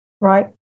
right